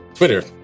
Twitter